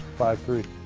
five three.